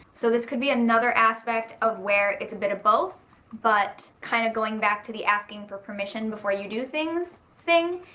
so this could be another aspect of where it's a bit of both but kind of going back to the asking for permission before you do things. thing.